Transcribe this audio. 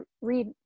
read